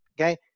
okay